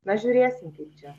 na žiūrėsim kaip čia